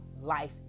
life